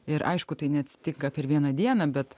ir aišku tai neatsitinka per vieną dieną bet